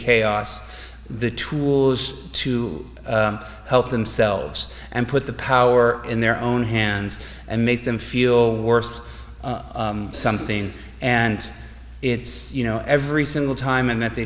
chaos the tools to help themselves and put the power in their own hands and make them feel worth something and it's you know every single time and at the